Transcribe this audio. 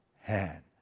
hand